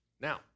Now